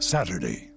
Saturday